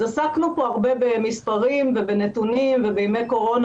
אז עסקנו פה הרבה במספרים ובנתונים ובימי קורונה